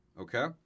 okay